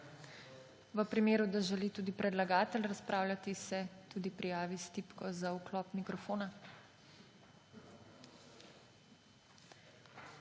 V primeru, da želi tudi predlagatelj razpravljati, se tudi prijavi s tipko za vklop mikrofona.